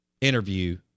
interview